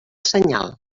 senyal